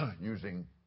using